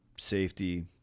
safety